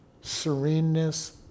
sereneness